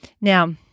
Now